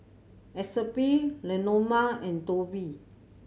Epsie Leoma and Tobi